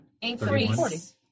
increase